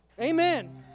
Amen